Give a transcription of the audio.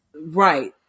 Right